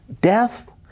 death